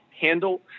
handle